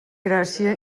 gràcia